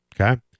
okay